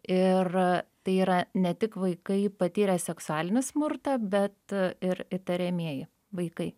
ir tai yra ne tik vaikai patyrę seksualinį smurtą bet ir įtariamieji vaikai